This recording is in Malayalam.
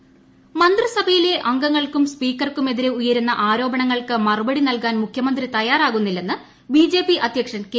സുരേന്ദ്രൻ മന്ത്രിസഭയിലെ അംഗങ്ങൾക്കും സ്പീക്കർക്കുമെതിരെ ഉയരുന്ന ആരോപണങ്ങ്ർക്ക് മറുപടി നൽകാൻ മുഖ്യമന്ത്രി തയ്യാറാകുന്നില്ലെന്ന് ബിജെപി അദ്ധ്യക്ഷൻ കെ